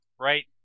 right